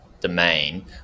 domain